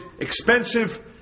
expensive